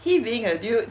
he being a dude